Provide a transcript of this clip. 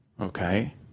Okay